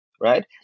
right